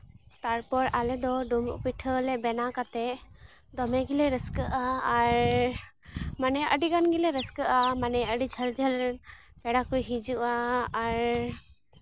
ᱛᱟᱨᱯᱚᱨ ᱟᱞᱮ ᱫᱚ ᱰᱩᱢᱵᱩᱜ ᱯᱤᱴᱷᱟᱹᱞᱮ ᱵᱮᱱᱟᱣ ᱠᱟᱛᱮᱫ ᱫᱚᱢᱮ ᱜᱮᱞᱮ ᱨᱟᱹᱥᱠᱟᱹᱜᱼᱟ ᱟᱨ ᱢᱟᱱᱮ ᱟᱹᱰᱤᱜᱟᱱ ᱜᱮᱞᱮ ᱨᱟᱹᱥᱠᱟᱹᱜᱼᱟ ᱢᱟᱱᱮ ᱟᱹᱰᱤ ᱡᱷᱟᱹᱞ ᱡᱷᱟᱹᱞ ᱨᱮᱱ ᱯᱮᱲᱟ ᱠᱚ ᱦᱤᱡᱩᱜᱼᱟ ᱟᱨ